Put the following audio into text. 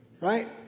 right